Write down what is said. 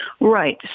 right